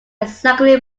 exactly